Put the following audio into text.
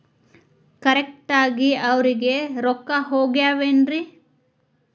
Correct ಆಗಿ ಅವರಿಗೆ ರೊಕ್ಕ ಹೋಗ್ತಾವೇನ್ರಿ?